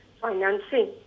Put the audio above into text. financing